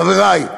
חברי,